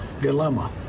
dilemma